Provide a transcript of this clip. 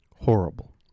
Horrible